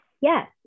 Yes